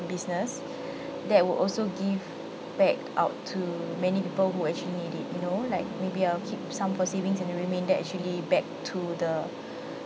business that would also give back out to many people who actually need it you know like maybe I'll keep some for savings and the remainder actually back to the